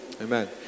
Amen